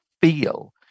feel